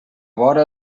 vora